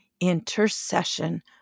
intercession